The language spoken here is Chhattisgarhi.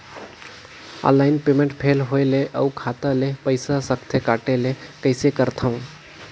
ऑनलाइन पेमेंट फेल होय ले अउ खाता ले पईसा सकथे कटे ले कइसे करथव?